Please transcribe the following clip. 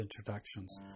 introductions